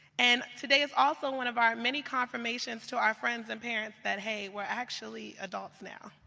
and today is also one of our many confirmations to our friends and parents that, hey we are actually adults now,